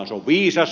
se on viisas